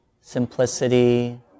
simplicity